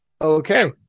Okay